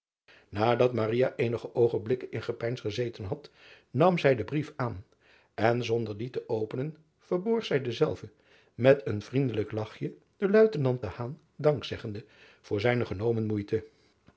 adat eenige oogenblikken in gepeins gezeten had nam zij den brief aan en zonder dien te openen verborg zij denzelven met een vriendelijk lachje den uitenant dankzeggende voor zijne genomen moeite